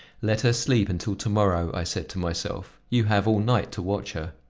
let her sleep until to-morrow, i said to myself you have all night to watch her.